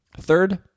Third